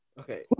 Okay